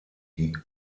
die